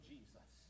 Jesus